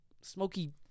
smoky